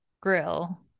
grill